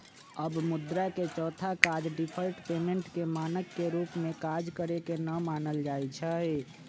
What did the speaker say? अब मुद्रा के चौथा काज डिफर्ड पेमेंट के मानक के रूप में काज करेके न मानल जाइ छइ